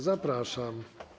Zapraszam.